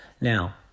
Now